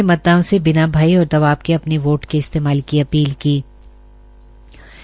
उन्होंने मतदाताओं से बिना भय और दबाव के अपने वोट के इस्तेमाल की अपील की है